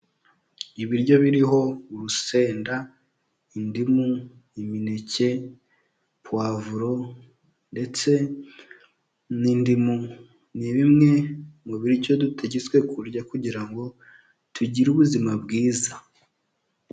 Ibiryo biriho urusenda, indimu, imineke, pavuro ndetse n'indimu, ni bimwe mu biryo dutegetswe kurya kugira ngo tugire ubuzima bwiza.